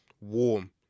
Warm